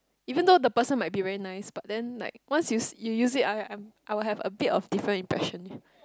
even though the person might be very nice but then like once you you use it I I'm I will have a bit of different impression